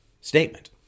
statement